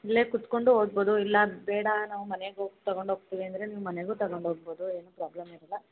ಇಲ್ಲೆ ಕುತ್ಕೊಂಡು ಓದ್ಬೋದು ಇಲ್ಲ ಬೇಡ ನಾವು ಮನೆಗೆ ಹೋಗ್ ತಗೊಂಡು ಹೋಗ್ತೀವಿ ಅಂದರೆ ನೀವು ಮನೆಗೂ ತಗೊಂಡು ಹೋಗ್ಬೋದು ಏನೂ ಪ್ರಾಬ್ಲಮ್ ಇರೋಲ್ಲ